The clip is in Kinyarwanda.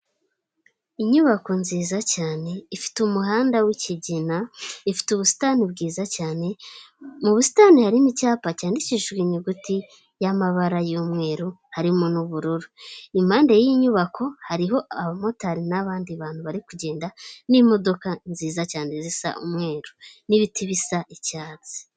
Inyubako nziza cyane ifite umuhanda w'ikigina, ifite ubusitani bwiza cyane, mu busitani hari n'icyapa cyandikishijwe inyuguti y'amabara y'umweru harimo ubururu, impande y'inyubako hariho abamotari n'abandi bantu bari kugenda n'imodoka nziza cyane zisa umweru n'ibiti bisa icyatsi.